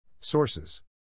Sources